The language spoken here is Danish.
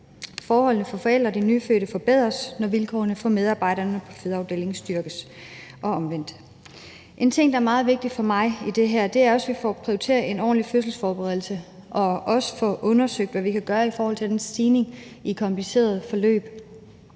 Forholdene for forældrene og de nyfødte forbedres, når vilkårene for medarbejderne på fødeafdelingerne forbedres, og omvendt. En ting, der er meget vigtig for mig i det her, er, at vi også får prioriteret en ordentlig fødselsforberedelse og får undersøgt, hvad vi kan gøre ved den stigning, der er i komplicerede forløb,